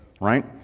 Right